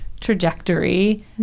trajectory